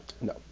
no